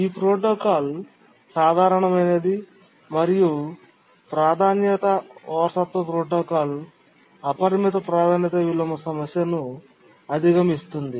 ఈ ప్రోటోకాల్ సరళమైనది మరియు ప్రాధాన్యత వారసత్వ ప్రోటోకాల్ అపరిమిత ప్రాధాన్యత విలోమ సమస్యను అధిగమిస్తుంది